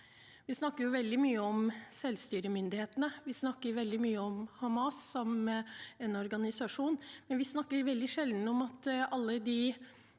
Vi snakker veldig mye om selvstyremyndighetene, vi snakker veldig mye om Hamas som en organisasjon, men vi snakker veldig sjelden om alle de